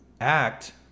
act